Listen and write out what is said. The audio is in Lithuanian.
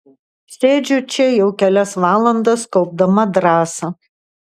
sėdžiu čia jau kelias valandas kaupdama drąsą